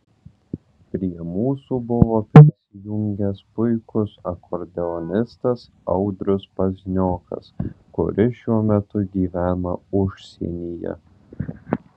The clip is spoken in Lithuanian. prie mūsų buvo prisijungęs puikus akordeonistas audrius pazniokas kuris šiuo metu gyvena užsienyje